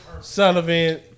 Sullivan